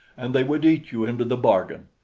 and they would eat you into the bargain.